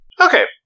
Okay